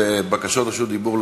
ובקשות רשות דיבור,